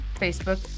Facebook